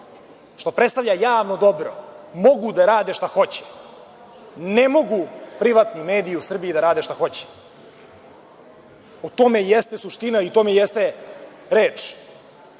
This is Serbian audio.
što predstavlja javno dobro, mogu da rade šta hoće. Ne mogu privatni mediji u Srbiji da rade šta hoće, o tome i jeste suština i o tome jeste reč. Ne